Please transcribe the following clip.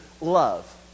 love